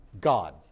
God